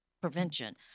Prevention